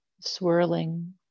swirling